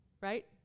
right